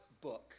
book